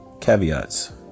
caveats